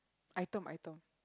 item item